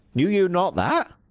knew you not that?